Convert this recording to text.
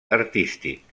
artístic